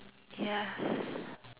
ya